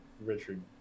Richard